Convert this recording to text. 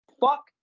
Fuck